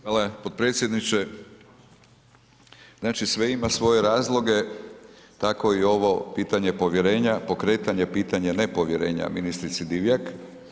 Hvala potpredsjedniče, znači sve ima svoje razloge, tako i ovo pitanje povjerenja, pokretanje pitanja nepovjerenja ministrici Divjak.